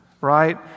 right